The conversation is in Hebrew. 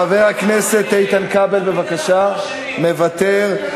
חבר הכנסת איתן כבל, בבקשה, מוותר.